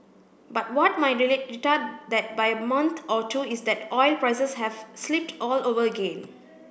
but what might retard that by a month or two is that oil prices have slipped all over again